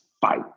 fight